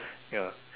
ya